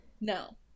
no